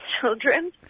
children